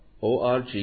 org